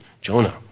Jonah